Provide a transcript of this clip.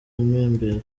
impembero